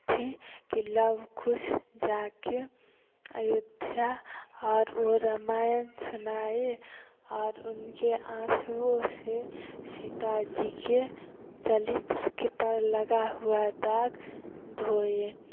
थी के लव कुस जाके अयोध्या और रामायण सुनाए और उनके आंसुओं से सीता जी के चलित्र के पर लगा हुआ दाग धोए